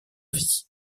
vie